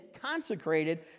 consecrated